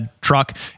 truck